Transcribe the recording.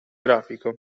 grafico